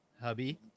hubby